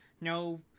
no